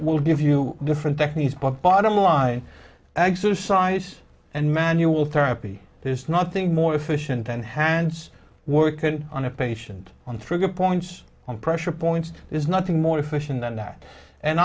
will give you different techniques but bottom line exercise and manual therapy there's nothing more efficient than hands workin on a patient on trigger points on pressure points there's nothing more efficient than that and